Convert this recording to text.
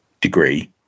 degree